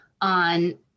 on